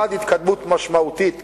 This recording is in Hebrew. מלבד התקדמות משמעותית כרגע,